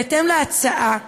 בהתאם להצעה,